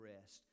rest